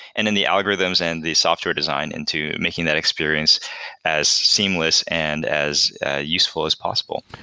and then the algorithms and the software design into making that experience as seamless and as useful as possible.